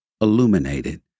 illuminated